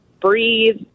breathe